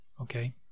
okay